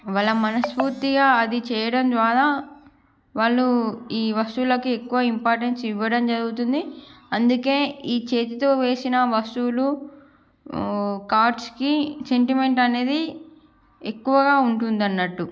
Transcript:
వాళ్ళ మనస్ఫూర్తిగా అది చేయడం ద్వారా వాళ్ళు ఈ వస్తువులకు ఎక్కువ ఇంపార్టెన్స్ ఇవ్వడం జరుగుతుంది అందుకే ఈ చేతితో వేసినా వస్తువులు ఊ కార్డ్స్కి సెంటిమెంట్ అనేది ఎక్కువగా ఉంటుందన్నట్టు